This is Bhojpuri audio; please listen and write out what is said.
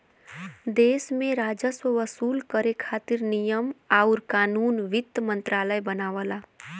देश में राजस्व वसूल करे खातिर नियम आउर कानून वित्त मंत्रालय बनावला